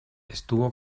estuvo